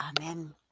Amen